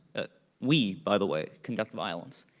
we, by the way, conduct violence,